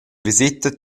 viseta